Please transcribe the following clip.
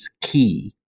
key